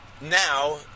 now